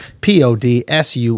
P-O-D-S-U